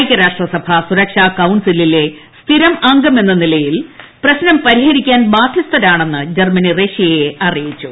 ഐക്യരാഷ്റടസഭ സുരക്ഷാ കൌൺസിലിലെ സ്ഥിരം അംഗമെന്ന നിലയിൽ പ്രശ്നം പരിഹരിക്കാൻ ബാധൃസ്ഥരാണെന്ന് ജർമ്മനി റഷ്യയെ അറിയിച്ചു